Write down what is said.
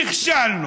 נכשלנו,